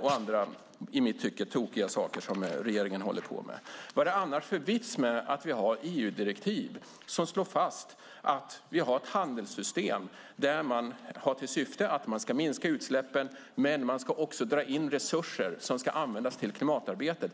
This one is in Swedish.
och andra i mitt tycke tokiga saker som regeringen håller på med. Vad är det annars för vits med att vi har EU-direktiv som slår fast att vi har ett handelssystem med syftet att minska utsläppen men också dra in resurser som ska användas till klimatarbete?